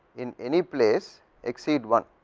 in any place exceed one,